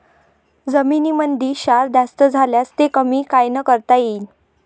जमीनीमंदी क्षार जास्त झाल्यास ते कमी कायनं करता येईन?